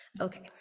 Okay